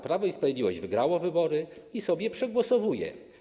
Prawo i Sprawiedliwość wygrało wybory i sobie przegłosowuje.